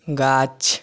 गाछ